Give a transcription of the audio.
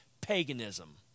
paganism